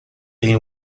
tem